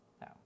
No